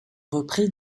repris